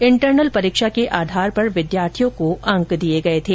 internal परीक्षा के आधार पर विद्यार्थियों को अंक दिए गए थे